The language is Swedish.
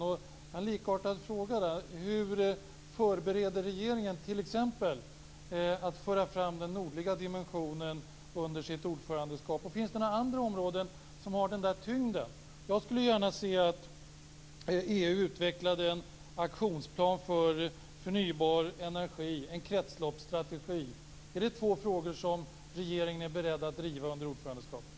Jag har alltså en likartad fråga där: Hur förbereder regeringen t.ex. detta med att föra fram den nordliga dimensionen under sitt ordförandeskap och finns det några andra områden som har den tyngden? Jag skulle gärna se att EU utvecklade en aktionsplan för förnybar energi, en kretsloppsstrategi. Är det två frågor som regeringen är beredd att driva under ordförandeskapet?